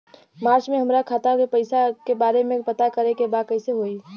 मार्च में हमरा खाता के पैसा के बारे में पता करे के बा कइसे होई?